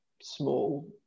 small